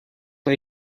way